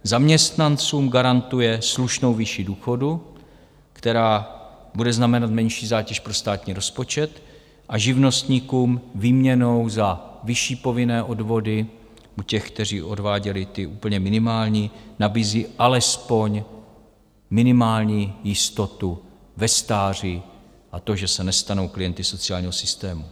Zaměstnancům garantuje slušnou výši důchodu, která bude znamenat menší zátěž pro státní rozpočet, a živnostníkům výměnou za vyšší povinné odvody u těch, kteří odváděli úplně minimální, nabízí alespoň minimální jistotu ve stáří a to, že se nestanou klienty sociálního systému.